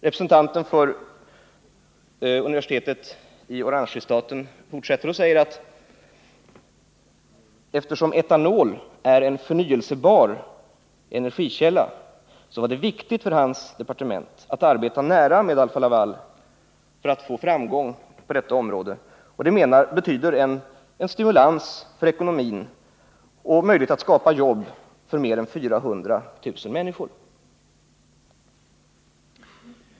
Representanten för universitetet i Oranjefristaten säger vidare att eftersom etanol är en förnyelsebar energikälla var det viktigt för hans departement att arbeta nära med Alfa-Laval för att få framgång på detta område, och det betyder en stimulans för ekonomin och en möjlighet att skapa jobb för mer än 400 000 människor.